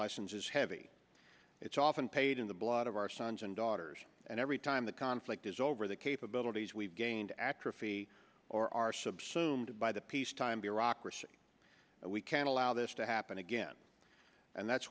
lessons is heavy it's often paid in the blood of our sons and daughters and every time the conflict is over the capabilities we've gained atrophy or are subsumed by the peacetime bureaucracy we can't allow this to happen again and that's